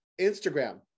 Instagram